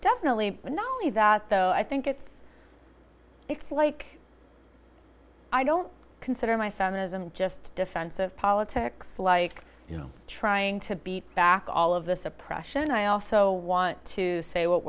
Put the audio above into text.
only that though i think it's it's like i don't consider my son is i'm just defensive politics like you know trying to beat back all of this oppression i also want to say what